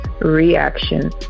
reaction